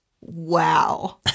Wow